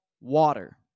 water